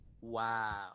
Wow